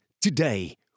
today